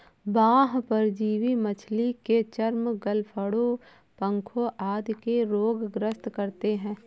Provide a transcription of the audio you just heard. बाह्य परजीवी मछली के चर्म, गलफडों, पंखों आदि के रोग ग्रस्त करते है